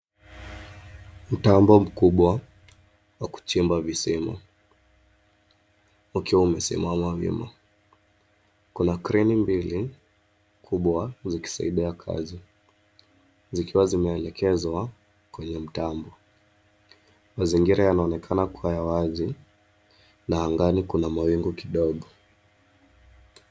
Mtambo mkubwa , wakuchimba vizima, ukiwa umesimama wima kuna kereni mbili kubwa zikisaidia kazi zikiwa zimeelekeswa kwenye mtambo, mazingira yaonekana kuwa ya wazi na angaani kuna mawingu kidogo.